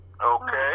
Okay